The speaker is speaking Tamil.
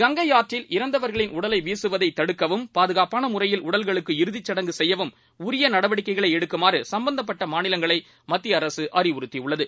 கங்கைஆற்றில்இறந்தவர்களின்உடலைவீசுவதைத்தடுக்கவும் பாதுகாப்பானமுறையில்உடல்களுக்குஇறுதிச்சடங்குசெய்யவும்உரியநடவடிக்கைகளைஎ டுக்குமாறுசம்பந்தப்பட்டமாநிலங்களைமத்தியஅரசுஅறிவுறுத்தியுள்ளது